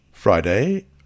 Friday